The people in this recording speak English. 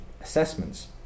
assessments